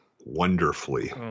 wonderfully